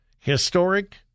Historic